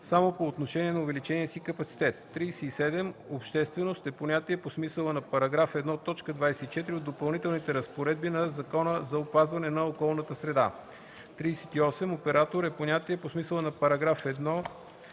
само по отношение на увеличения капацитет. 37. „Общественост” е понятие по смисъла на § 1, т. 24 от Допълнителните разпоредби на Закона за опазване на околната среда. 38. „Оператор” е понятие по смисъла на § 1, т.